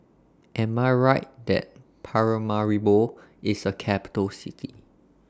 Am I Right that Paramaribo IS A Capital City